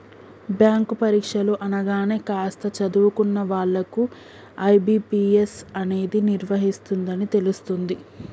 bank పరీక్షలు అనగానే కాస్త చదువుకున్న వాళ్ళకు ఐ.బీ.పీ.ఎస్ అనేది నిర్వహిస్తుందని తెలుస్తుంది